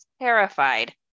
terrified